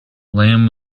lam